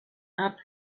app